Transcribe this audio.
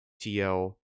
TL